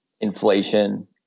inflation